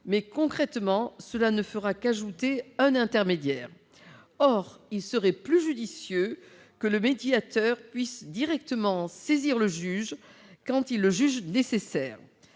Concrètement, cela ne fera qu'ajouter un intermédiaire. Il serait plus judicieux que le médiateur puisse directement saisir le juge quand il l'estime nécessaire.